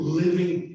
living